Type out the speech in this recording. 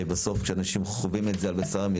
כשאנשים חווים את זה על בשרם,